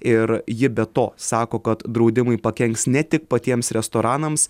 ir ji be to sako kad draudimai pakenks ne tik patiems restoranams